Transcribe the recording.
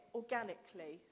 organically